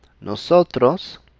nosotros